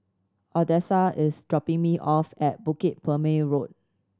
Odessa is dropping me off at Bukit Purmei Road